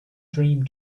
dream